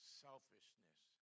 selfishness